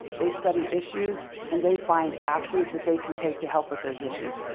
they study issues and they find actions that they can take to help with those issues.